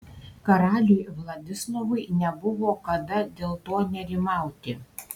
karaliui vladislovui nebuvo kada dėl to nerimauti